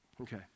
Okay